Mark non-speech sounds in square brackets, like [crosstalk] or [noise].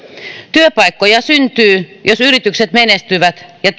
työpaikkoja syntyy jos yritykset menestyvät ja [unintelligible]